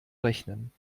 rechnen